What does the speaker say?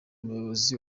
umuyobozi